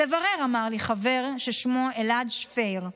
תברר, אמר לי חבר ששמו אלעד שפר.